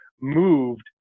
moved